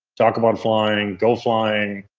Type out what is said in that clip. talk about flying, go flying,